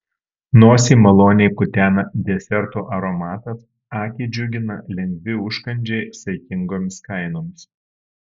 nosį maloniai kutena desertų aromatas akį džiugina lengvi užkandžiai saikingomis kainomis